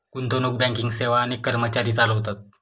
गुंतवणूक बँकिंग सेवा अनेक कर्मचारी चालवतात